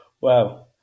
wow